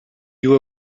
you